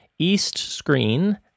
eastscreen